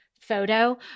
photo